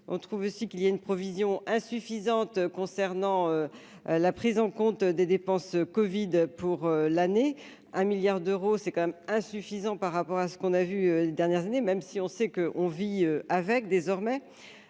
on trouve aussi qu'il y a une provision insuffisante concernant la prise en compte des dépenses Covid pour l'année, un milliard d'euros, c'est quand même insuffisant par rapport à ce qu'on a vu dernières années même si on sait que, on vit avec, désormais,